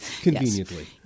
Conveniently